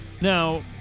Now